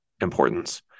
importance